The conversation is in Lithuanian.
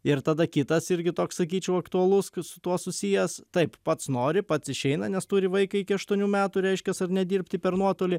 ir tada kitas irgi toks sakyčiau aktualus su tuo susijęs taip pats nori pats išeina nes turi vaiką iki aštuonių metų reiškias ar ne dirbti per nuotolį